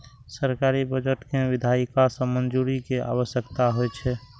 सरकारी बजट कें विधायिका सं मंजूरी के आवश्यकता होइ छै